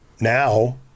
now